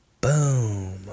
Boom